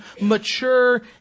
mature